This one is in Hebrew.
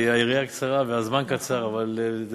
היריעה קצרה והזמן קצר, נכון.